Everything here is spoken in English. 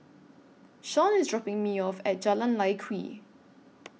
Shaun IS dropping Me off At Jalan Lye Kwee